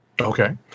Okay